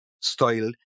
style